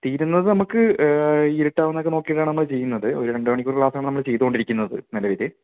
തീരുന്നത് നമുക്ക് ഈ ഇരുട്ടാവുന്നതൊക്കെ നോക്കിട്ടാണ് നമ്മൾ ചെയ്യുന്നത് ഒരു രണ്ട് മണിക്കൂർ ക്ലാസ്സാണ് നമ്മൾ ചെയ്തുകൊണ്ടിരിക്കുന്നത് നല്ല രീതിയിൽ